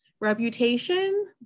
reputation